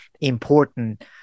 important